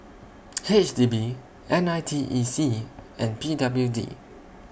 H D B N I T E C and P W D